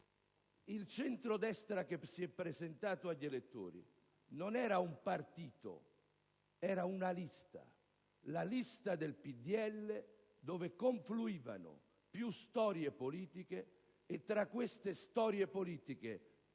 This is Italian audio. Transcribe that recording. Il centrodestra che si è presentato agli elettori non era un partito, era una lista, quella del PdL, dove confluivano più storie politiche, tutte con pari